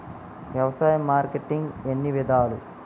వ్యవసాయ మార్కెటింగ్ ఎన్ని విధాలు?